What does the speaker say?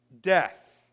death